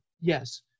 Yes